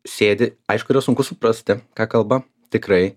sėdi aišku yra sunku suprasti ką kalba tikrai